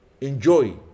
enjoy